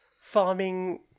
farming